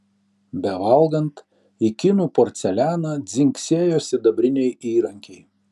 bevalgant į kinų porcelianą dzingsėjo sidabriniai įrankiai